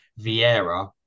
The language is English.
Vieira